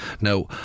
now